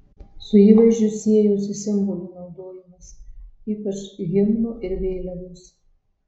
su įvaizdžiu siejosi simbolių naudojimas ypač himno ir vėliavos